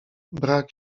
brak